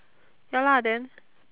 ya lah then